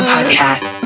Podcast